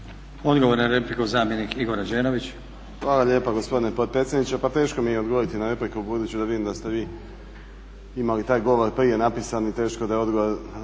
Odgovor na repliku zamjenik Igor Rađenović. **Rađenović, Igor (SDP)** Hvala lijepo gospodine potpredsjedniče. Pa teško mi je odgovoriti na repliku budući da vidim da ste vi imali taj govor prije napisan i teško da je odgovor